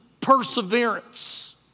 perseverance